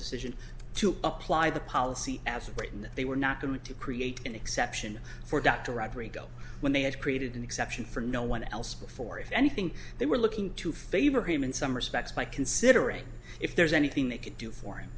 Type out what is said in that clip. decision to apply the policy as written that they were not going to create an exception for dr rob riggle when they had created an exception for no one else before if anything they were looking to favor him in some respects by considering if there's anything they could do for him